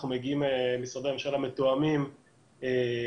משרדי הממשלה מגיעים מתואמים בעמדה